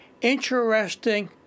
Interesting